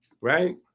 Right